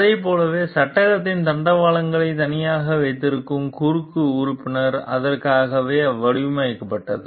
அதைப் போலவே சட்டகத்தின் தண்டவாளங்களைத் தனியாக வைத்திருக்கும் குறுக்கு உறுப்பினர் அதற்காகவே வடிவமைக்கப்பட்டது